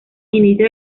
inicios